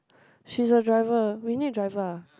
she's a driver we need driver ah